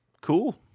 cool